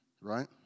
right